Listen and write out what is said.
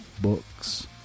Books